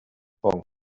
bwnc